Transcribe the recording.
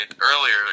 earlier